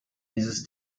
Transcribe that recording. dieses